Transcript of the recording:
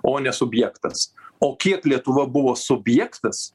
o ne subjektas o kiek lietuva buvo subjektas